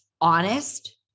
honest